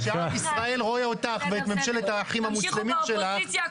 תישארו באופוזיציה,